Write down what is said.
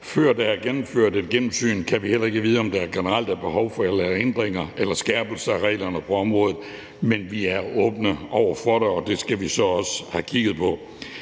Før der er gennemført et gennemsyn, kan vi heller ikke vide, om der generelt er behov for at lave ændringer eller skærpelser af reglerne på området, men vi er åbne over for det. Og det skal vi så også have kigget på.